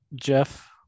Jeff